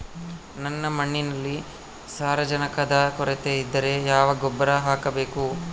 ನನ್ನ ಮಣ್ಣಿನಲ್ಲಿ ಸಾರಜನಕದ ಕೊರತೆ ಇದ್ದರೆ ಯಾವ ಗೊಬ್ಬರ ಹಾಕಬೇಕು?